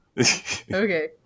Okay